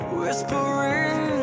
whispering